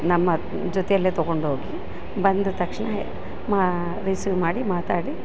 ನಮ್ಮ ಜೊತೆಯಲ್ಲೇ ತೊಗೊಂಡೋಗಿ ಬಂದ ತಕ್ಷಣ ಮಾ ರಿಸೀವ್ ಮಾಡಿ ಮಾತಾಡಿ